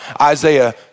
Isaiah